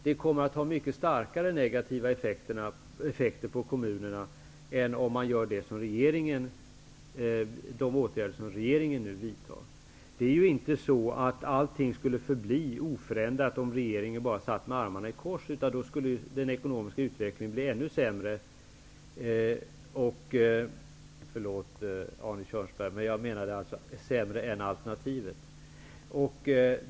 Det kommer att ha mycket starkare negativa effekter på kommunerna än de åtgärder som regeringen nu vidtar. Allting förblir inte oförändrat om regeringen sitter med armarna i kors. Då skulle den ekonomiska utvecklingen bli ännu sämre. Förlåt, Arne Kjörnsberg, jag menade sämre än alternativet.